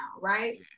right